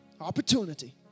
opportunity